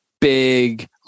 big